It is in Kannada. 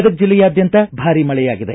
ಗದಗ ಜಿಲ್ಲೆಯಾದ್ಯಂತ ಭಾರೀ ಮಳೆಯಾಗಿದೆ